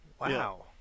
Wow